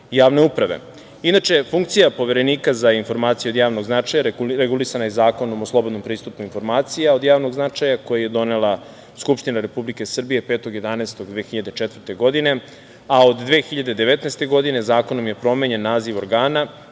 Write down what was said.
uprave. Inače, funkcija Poverenika za informacije od javnog značaja regulisana je Zakonom o slobodnom pristupu informacija od javnog značaja, koji je donela Skupština Republike Srbije 5.11.2004. godine, a od 2019. godine, zakonom je promenjen naziv organa